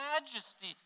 majesty